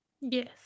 Yes